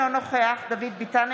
אינו נוכח דוד ביטן,